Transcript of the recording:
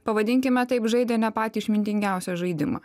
pavadinkime taip žaidė ne patį išmintingiausią žaidimą